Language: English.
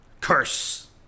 Curse